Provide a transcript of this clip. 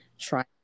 try